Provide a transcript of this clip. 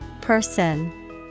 person